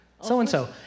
so-and-so